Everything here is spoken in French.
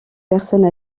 personne